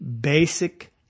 basic